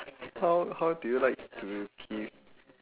how how do you like to give